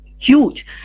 Huge